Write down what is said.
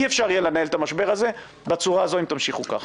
אי אפשר יהיה לנהל את המשבר הזה בצורה הזאת אם תמשיכו ככה.